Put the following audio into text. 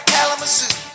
Kalamazoo